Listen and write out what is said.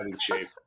shape